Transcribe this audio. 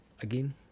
Again